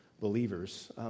believers